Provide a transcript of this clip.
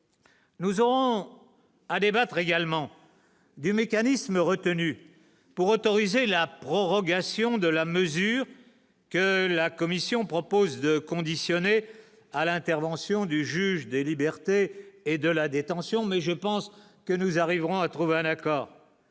Nous aurons à débattre également des mécanismes retenus pour autoriser la prorogation de la mesure que la commission propose de conditionner à l'intervention du juge des libertés et de la détention, mais je pense que nous arriverons à trouver un accord,